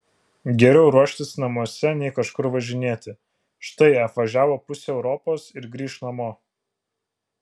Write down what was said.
geriau ruoštis namuose nei kažkur važinėti štai apvažiavo pusę europos ir grįš namo